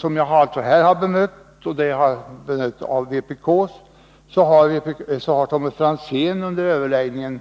Tommy Franzén har under överläggningen